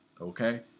Okay